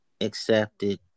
accepted